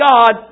God